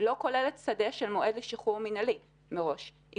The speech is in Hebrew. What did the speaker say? לא כוללת שדה של מועד לשחרור מינהלי מראש אלא היא